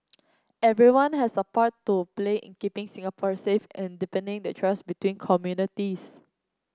everyone has a part to play in keeping Singapore safe and deepening the trust between communities